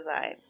design